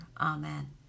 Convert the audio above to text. Amen